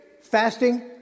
fasting